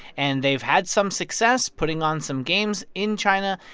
and they've had some success putting on some games in china.